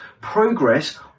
Progress